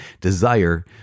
desire